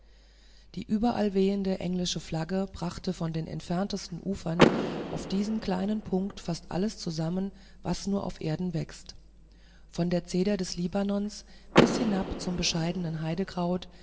die überall wehende englische flagge brachte von den entferntesten ufern auf diesen kleinen punkt fast alles zusammen was nur auf erden wächst von der zeder des libanons bis herab zum bescheidenen heidekraut